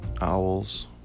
owls